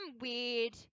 weird